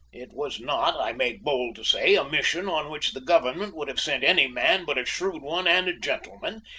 it was not, i make bold to say, a mission on which the government would have sent any man but a shrewd one and a gentleman,